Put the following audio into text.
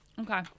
Okay